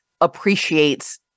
appreciates